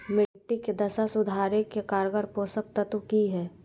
मिट्टी के दशा सुधारे के कारगर पोषक तत्व की है?